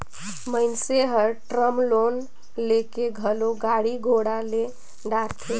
मइनसे हर term loan लेके घलो गाड़ी घोड़ा ले डारथे